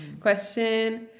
question